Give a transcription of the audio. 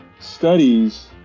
Studies